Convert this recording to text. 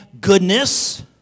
goodness